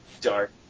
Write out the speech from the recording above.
dark